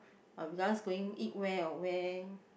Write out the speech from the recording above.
but regardless going eat where or where